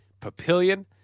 Papillion